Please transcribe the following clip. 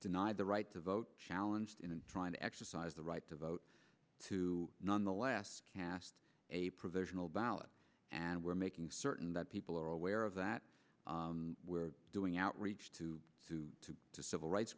denied the right to vote challenge in trying to exercise the right to vote to nonetheless cast a provisional ballot and we're making certain that people are aware of that we're doing outreach to civil rights